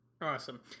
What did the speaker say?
Awesome